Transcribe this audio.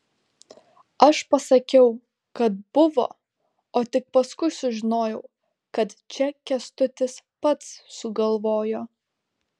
aš pasakiau kad buvo o tik paskui sužinojau kad čia kęstutis pats sugalvojo